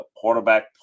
quarterback